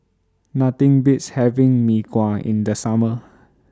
Nothing Beats having Mee Kuah in The Summer